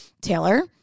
Taylor